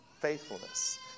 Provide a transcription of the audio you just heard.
faithfulness